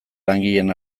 langileen